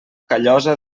callosa